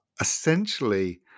essentially